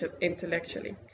intellectually